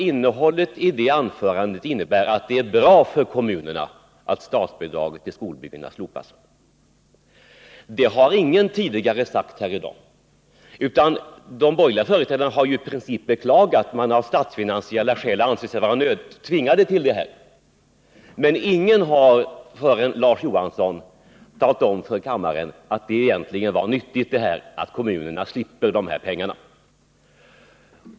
Innehållet i det anförandet innebär nämligen att det är bra för kommunerna att statsbidraget till skolbyggena slopas. Det har ingen tidigare sagt här i dag, utan de borgerliga företrädarna har ju i princip beklagat att de av statsfinansiella skäl anser sig vara tvingade till det här. Ingen har före Larz Johansson talat om för kammaren att det egentligen var nyttigt att kommunerna slipper de här pengarna.